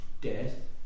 death